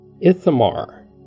Ithamar